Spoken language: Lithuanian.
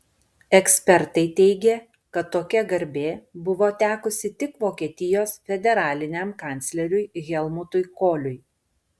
ekspertai teigė kad tokia garbė buvo tekusi tik vokietijos federaliniam kancleriui helmutui koliui